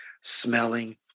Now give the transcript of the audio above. smelling